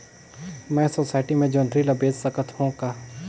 मैं सोसायटी मे जोंदरी ला बेच सकत हो का?